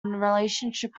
relationship